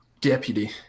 deputy